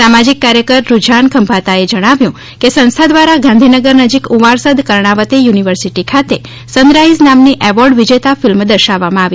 સામાજીક કાર્યકર રૂઝાન ખંભાતાએ જણાવ્યું કે સંસ્થા દ્વારા ગાંધીનગર નજીક ઉવારસદ કર્ણાવતી યુનિવર્સિટી ખાતે સનરાઇઝ નામની એવોર્ડ વિજેતા ફિલ્મ દર્શાવવામાં આવી